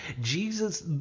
Jesus